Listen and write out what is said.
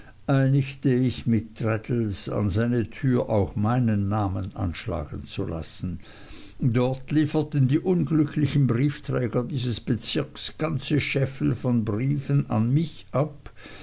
einigte ich mich mit traddles an seine tür auch meinen namen anschlagen zu lassen dort lieferten die unglücklichen briefträger dieses bezirkes ganze scheffel von briefen an mich ab